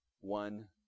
one